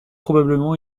probablement